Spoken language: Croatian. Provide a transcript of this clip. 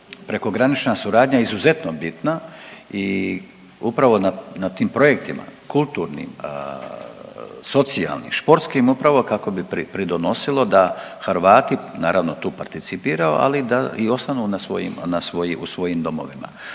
Prekogranična suradnja je izuzetno bitna i upravo na tim projektima kulturnim, socijalnim, športskim upravo kako bi pridonosilo da Hrvati naravno tu participirao, ali i da ostanu u svojim domovima.